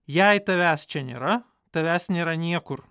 jei tavęs čia nėra tavęs nėra niekur